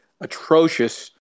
atrocious